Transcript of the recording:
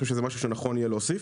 אני חושב שזה משהו שנכון יהיה להוסיף.